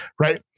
right